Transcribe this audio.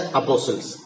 apostles